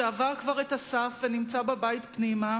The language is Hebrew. שעבר כבר את הסף ונמצא בבית פנימה,